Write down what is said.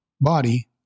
body